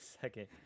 second